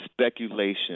speculation